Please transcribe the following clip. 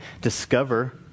discover